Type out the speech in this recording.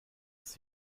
ist